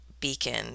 beacon